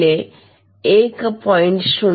5 megahertz गुणिले 1